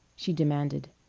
she demanded.